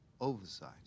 Oversight